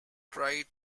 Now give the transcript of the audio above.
pride